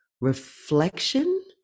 reflection